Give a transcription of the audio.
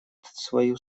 свою